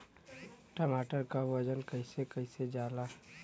टमाटर क वजन कईसे कईल जाला?